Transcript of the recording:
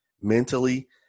mentally